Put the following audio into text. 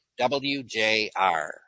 WJR